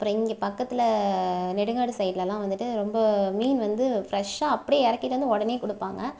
அப்புறம் இங்கே பக்கத்தில் நெடுங்காடு சைடுலலாம் வந்துவிட்டு ரொம்ப மீன் வந்து ஃப்ரெஷ்ஷாக அப்படியே இறக்கிட்டு வந்து உடனே கொடுப்பாங்க